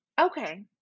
Okay